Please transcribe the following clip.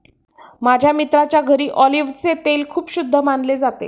माझ्या मित्राच्या घरी ऑलिव्हचे तेल खूप शुद्ध मानले जाते